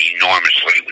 enormously